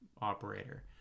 operator